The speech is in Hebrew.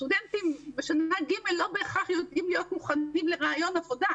סטודנטים בשנה ג' לא בהכרח יודעים להיות מוכנים לריאיון עבודה,